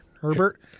Herbert